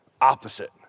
opposite